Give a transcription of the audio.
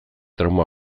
trauma